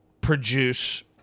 produce